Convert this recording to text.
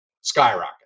skyrocket